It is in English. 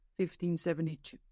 1572